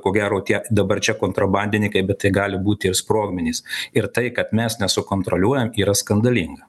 ko gero tie dabar čia kontrabandininkai bet tai gali būti ir sprogmenys ir tai kad mes nesukontroliuojam yra skandalinga